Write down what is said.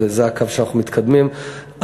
וזה הקו שאנחנו מתקדמים בו,